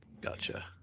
Gotcha